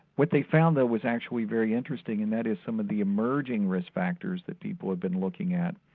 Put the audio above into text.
what they found though was actually very interesting and that is some of the emerging risk factors that people had been looking at.